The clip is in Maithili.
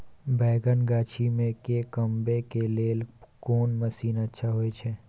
बैंगन गाछी में के कमबै के लेल कोन मसीन अच्छा होय छै?